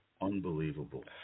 Unbelievable